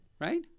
right